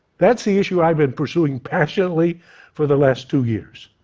that's the issue i've been pursuing passionately for the last two years.